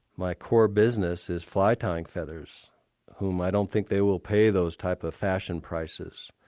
my core business is fly tying feathers whom i don't think they will pay those type of fashion prices.